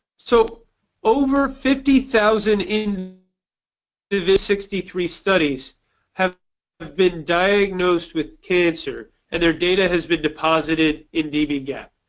so over fifty thousand in the the sixty three studies have ah been diagnosed with cancer, and their data has been deposited in dbgap.